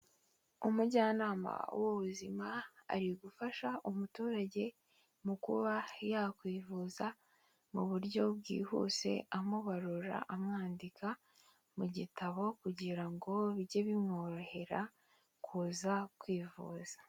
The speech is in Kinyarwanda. Umujyanama w'ubuzima ari gufasha umuturage mu kuba yakwivuza mu buryo bwihuse, amubarura, amwandika mu gitabo kugira ngo bijye bimworohera kuza kwivuza.